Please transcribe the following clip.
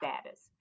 status